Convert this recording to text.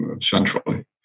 centrally